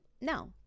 No